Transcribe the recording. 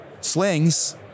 slings